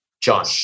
John